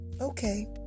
okay